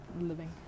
living